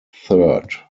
third